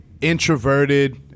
introverted